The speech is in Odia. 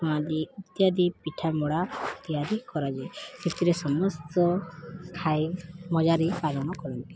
ମଆଦି ଇତ୍ୟାଦି ପିଠାମଡ଼ା ତିଆରି କରାଯାଏ ସେଥିରେ ସମସ୍ତ ଖାଏ ମଜାରେ ପାଳନ କରନ୍ତି